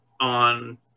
on